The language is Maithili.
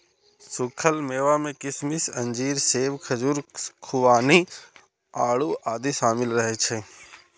सूखल मेवा मे किशमिश, अंजीर, सेब, खजूर, खुबानी, आड़ू आदि शामिल रहै छै